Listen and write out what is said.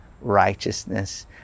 righteousness